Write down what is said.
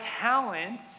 talent